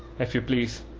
if you please,